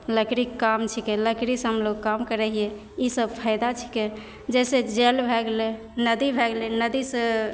लकड़ीके काम छिकै लकड़ी से हमलोग काम करैत छियै ईसब फायदा छिकै जैसे जल भए गेलै नदी भए गेलै नदी से